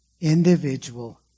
individual